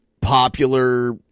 popular